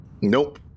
Nope